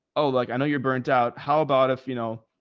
oh, like, i know you're burnt out. how about if, you know,